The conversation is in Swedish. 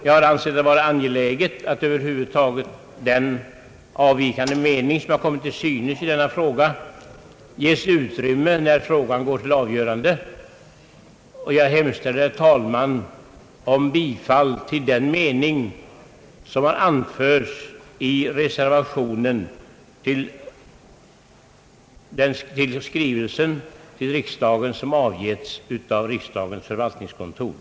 Jag har funnit det angeläget att den avvikande mening, som kommit till synes i denna fråga, över huvud taget ges utrymme när riksdagen går till avgörandet. Jag hemställer, herr talman, om bifall till den mening som anförts i reservationen till skrivelsen från riksdagens förvaltningskontor.